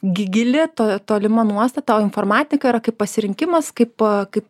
gi gili to tolima nuostata o informatika yra kaip pasirinkimas kaip kaip